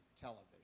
television